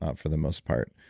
ah for the most part.